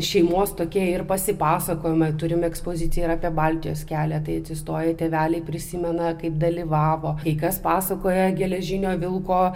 šeimos tokie ir pasipasakojomai turim ekspoziciją ir apie baltijos kelią tai atsistoja tėveliai prisimena kaip dalyvavo kai kas pasakoja geležinio vilko